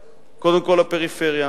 לפריפריה,